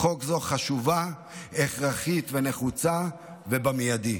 חוק זו חשובה, הכרחית ונחוצה, ובמיידי.